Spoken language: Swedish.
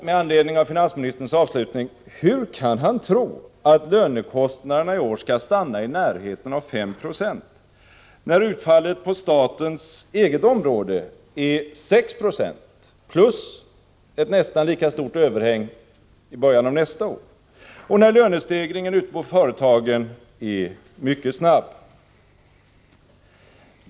Med anledning av finansministerns avslutning: Hur kan han tro att lönekostnaderna i år skall stanna i närheten av 5 96, när utfallet på statens eget område är 6 90 plus ett nästan lika stort överhäng till början av nästa år och när lönestegringen ute på företagen är mycket snabb?